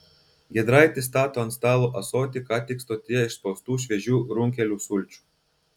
giedraitis stato ant stalo ąsotį ką tik stotyje išspaustų šviežių runkelių sulčių